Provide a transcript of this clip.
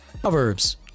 proverbs